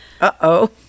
Uh-oh